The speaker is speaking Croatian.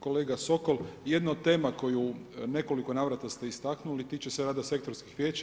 Kolega Sokol, jedna od tema koju u nekoliko navrata ste istaknuli tiče se rada sektorskih vijeća.